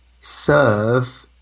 serve